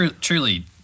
truly